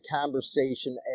conversation